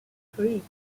creek